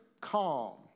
calm